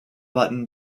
button